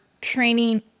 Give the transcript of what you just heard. training